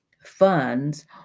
funds